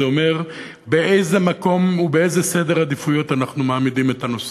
זה אומר באיזה מקום ובאיזה סדר עדיפויות אנחנו מעמידים את הנושא.